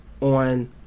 on